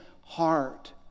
heart